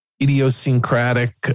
idiosyncratic